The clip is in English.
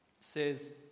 says